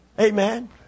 Amen